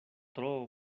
tro